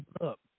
up